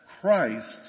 Christ